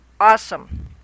Awesome